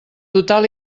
total